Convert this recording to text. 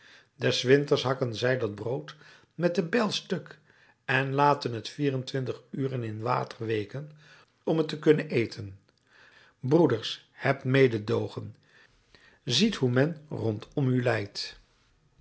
des winters hakken zij dat brood met de bijl stuk en laten het vier-en-twintig uren in water weeken om het te kunnen eten broeders hebt mededoogen ziet hoe men rondom u lijdt